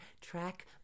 track